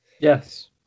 Yes